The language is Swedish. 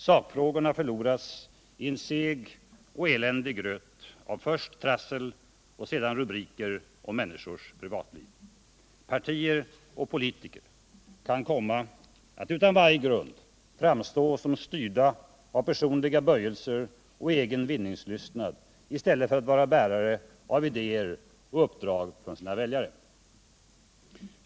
Sakfrågorna förloras i en seg och eländig gröt av tassel och sedan rubriker om människors privatliv. Partier och politiker kan komma att — utan varje grund —- framstå som styrda av personliga böjelser och egen vinningslystnad i stället för att vara bärare av idéer och uppdrag från sina väljare.